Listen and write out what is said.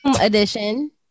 edition